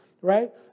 right